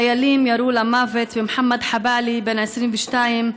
חיילים ירו למוות במוחמד חבאלי בן ה-22,